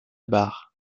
bars